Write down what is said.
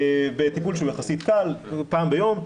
טיפול שהוא יחסית קל, פעם ביום,